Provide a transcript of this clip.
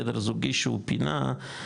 חדר זוגי שהוא פינה,